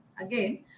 again